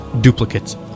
duplicates